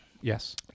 Yes